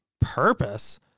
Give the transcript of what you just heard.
purpose